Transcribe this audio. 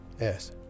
yes